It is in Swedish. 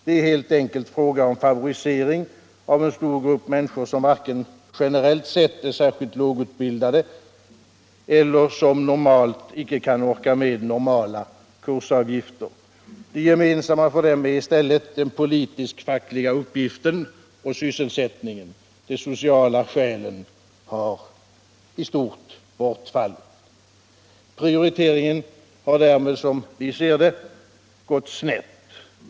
Det är helt enkelt fråga om favorisering av en stor grupp människor som varken generellt sett är särskilt lågutbildade eller normalt icke kan orka med vanliga kursavgifter. Det gemensamma för dem är i stället den politisk-fackliga uppgiften och sysselsättningen. De sociala skälen har i stort bortfallit. Prioriteringen har därmed, som vi ser det, gått snett.